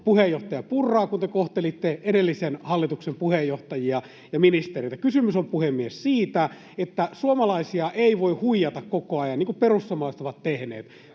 puheenjohtaja Purraa kuin te kohtelitte edellisen hallituksen puheenjohtajia ja ministereitä. Kysymys on, puhemies, siitä, että suomalaisia ei voi huijata koko ajan, niin kuin perussuomalaiset ovat tehneet.